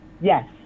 Yes